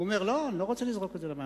הוא אומר: לא, אני לא רוצה לזרוק למים.